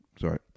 Sorry